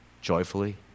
joyfully